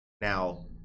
Now